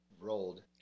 rolled